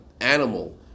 animal